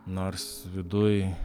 nors viduj